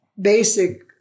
basic